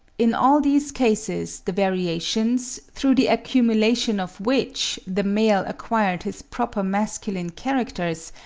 in all these cases the variations, through the accumulation of which the male acquired his proper masculine characters,